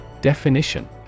Definition